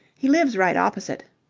he lives right opposite.